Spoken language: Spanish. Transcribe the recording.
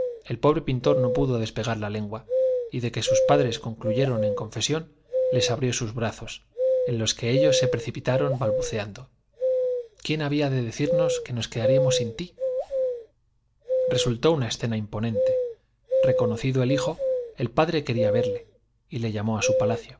el pobre pintor no pudo despegar con de que sus padres concluyeron su lengua y fesión les abrió sus brazos en los q e ellos se preci pitaron balbuceando i quién había de decirnos que nos quedaríamos sin ti reconocido el hijo resultó una escena imponente el padre quería verle y le llamó á su palacio